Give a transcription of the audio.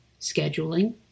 scheduling